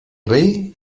rei